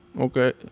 Okay